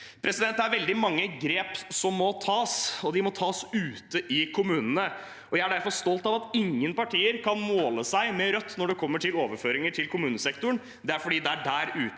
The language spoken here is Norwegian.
til det. Det er veldig mange grep som må tas, og de må tas ute i kommunene. Jeg er derfor stolt av at ingen partier kan måle seg med Rødt når det gjelder overføringer til kommunesektoren. Det er fordi det er der ute